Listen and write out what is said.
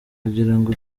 kugirango